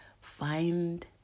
find